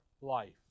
life